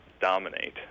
dominate